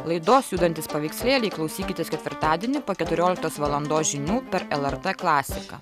laidos judantys paveikslėliai klausykitės ketvirtadienį po keturioliktos valandos žinių per lrt klasiką